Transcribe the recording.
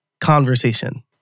conversation